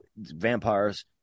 vampires